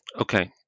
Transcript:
Okay